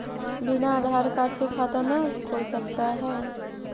बिना आधार कार्ड के खाता न खुल सकता है?